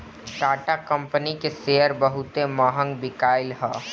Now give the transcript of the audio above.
Tata company के शेयर बहुते महंग बिकाईल हअ